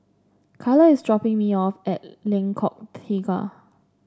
Kyla is dropping me off at Lengkok Tiga